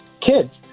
kids